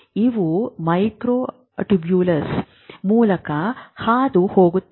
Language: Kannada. ಇವು ಮೈಕ್ರೊಟ್ಯೂಬ್ಯೂಲ್ಗಳ ಮೂಲಕ ಹಾದು ಹೋಗುತ್ತವೆ